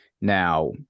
Now